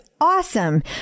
awesome